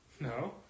No